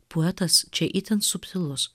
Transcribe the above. poetas čia itin subtilus